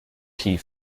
funk